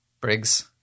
Briggs